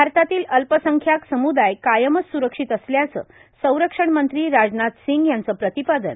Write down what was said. भारतातील अल्पसंख्याक सम्दाय कायमच स्रक्षित असल्याचं संरक्षण मंत्री राजनाथ सिंग यांचं प्रतिपादन